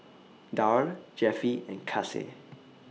Darl Jeffie and Kasey